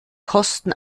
kosten